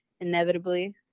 inevitably